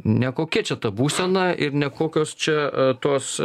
nekokia čia ta būsena ir nekokios čia tos